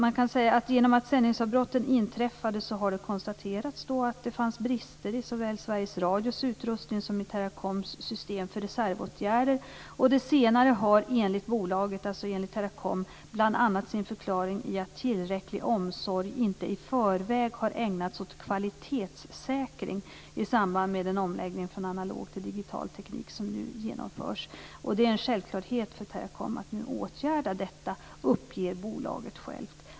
Man kan säga att genom att sändningsavbrotten inträffade, har det konstaterats att det fanns brister i såväl Sveriges Radios utrustning som i Teracoms system för reservåtgärder. Det senare har enligt bolaget, alltså Teracom, bl.a. sin förklaring i att tillräcklig omsorg inte i förväg har ägnats åt kvalitetssäkring i samband med den omläggning från analog till digital teknik som nu genomförs. Det är en självklarhet för Teracom att nu åtgärda detta, uppger bolaget självt.